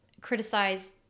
criticize